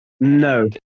No